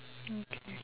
okay